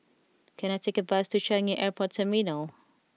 can I take a bus to Changi Airport Terminal